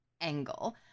angle